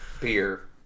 beer